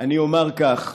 אני אומר כך: